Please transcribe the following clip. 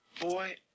Boy